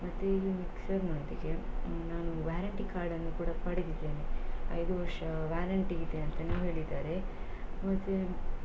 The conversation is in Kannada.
ಮತ್ತು ಇದು ಮಿಕ್ಸರ್ನೊಂದಿಗೆ ನಾನು ವ್ಯಾರೆಂಟಿ ಕಾರ್ಡನ್ನು ಕೂಡ ಪಡೆದಿದ್ದೇನೆ ಐದು ವರ್ಷ ವ್ಯಾರೆಂಟಿ ಇದೆ ಅಂತಲೂ ಹೇಳಿದ್ದಾರೆ ಮತ್ತು